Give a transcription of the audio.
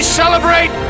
celebrate